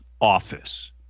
office